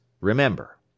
Remember